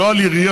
לא על יריות,